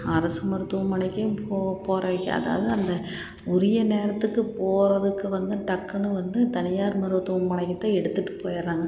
அரசு மருத்துவமனைக்கும் போ போறவங்க அதாவது அந்த உரிய நேரத்துக்கு போகிறதுக்கு வந்து டக்குன்னு வந்து தனியார் மருத்துவமனைக்குத் தான் எடுத்துட்டுப் போயிர்றாங்க